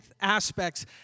aspects